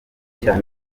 cyane